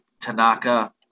Tanaka